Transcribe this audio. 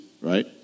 Right